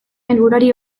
helburuari